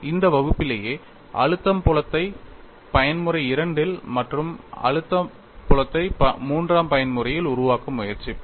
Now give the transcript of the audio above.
இந்த வகுப்பிலேயே அழுத்தம் புலத்தை பயன்முறை II யில் மற்றும் அழுத்த புலத்தை மூன்றாம் பயன்முறையில் உருவாக்க முயற்சிப்போம்